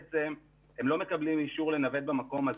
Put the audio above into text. הם לא מקבלים אישור לנווט במקום הזה,